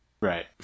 Right